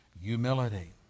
humility